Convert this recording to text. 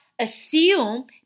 Assume